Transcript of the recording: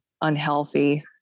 unhealthy